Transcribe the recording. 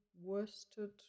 worsted